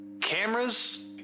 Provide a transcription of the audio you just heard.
cameras